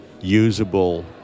usable